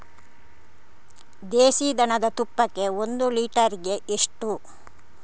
ದೇಸಿ ದನದ ತುಪ್ಪಕ್ಕೆ ಒಂದು ಲೀಟರ್ಗೆ ಎಷ್ಟು?